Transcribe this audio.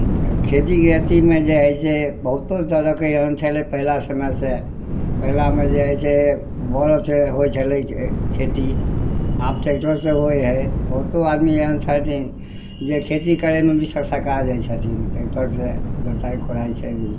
खेतीके अथीमे जे हइ से बहुतो तरहके एहन छलै पहिला समयसे पहिलामे जे हइ छै बड़दसे होइ छलै खेती आब टैकटरसे होइ हइ बहुतो आदमी एहन छथिन जे खेती करैमे भी सकसका जाइ छथिन टैकटरसे जोताइ कोड़ाइ छै हेँ